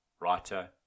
writer